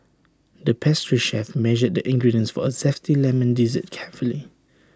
the pastry chef measured the ingredients for A Zesty Lemon Dessert carefully